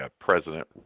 President